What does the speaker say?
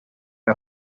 que